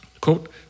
quote